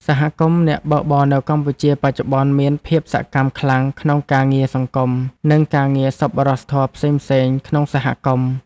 សហគមន៍អ្នកបើកបរនៅកម្ពុជាបច្ចុប្បន្នមានភាពសកម្មខ្លាំងក្នុងការងារសង្គម និងការងារសប្បុរសធម៌ផ្សេងៗក្នុងសហគមន៍។